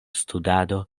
studado